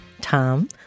Tom